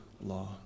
law